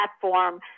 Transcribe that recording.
platform